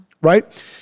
Right